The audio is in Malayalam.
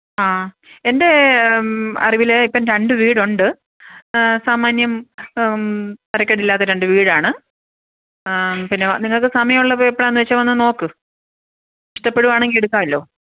ആ എന്റെ അറിവിൽ ഇപ്പം രണ്ട് വീടുണ്ട് സാമാന്യം തരക്കേടില്ലാത്ത രണ്ട് വീടാണ് പിന്നെ നിങ്ങൾക്ക് സമയം ഉള്ളപ്പോൾ എപ്പഴാണെന്ന് വെച്ചാൽ വന്ന് നോക്ക് ഇഷ്ടപ്പെടുകയാണെങ്കിൽ എടുക്കാമല്ലോ